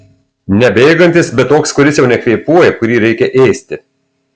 ne bėgantis bet toks kuris jau nekvėpuoja kurį reikia ėsti